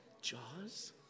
Jaws